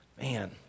Man